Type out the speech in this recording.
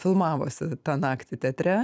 filmavosi tą naktį teatre